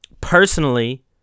Personally